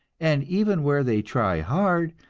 and even where they try hard,